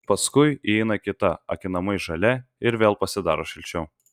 paskui įeina kita akinamai žalia ir vėl pasidaro šilčiau